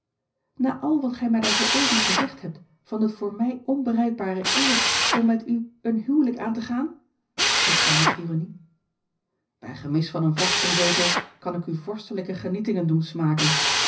na al wat gij mij daar zooeven gezegd hebt van de voor mij onbereikbare eer om met u een huwelijk aan te gaan vroeg zij met ironie bij gemis van een vorstenzetel kan ik u vorstelijke genietingen doen smaken